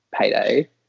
payday